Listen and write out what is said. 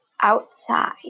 outside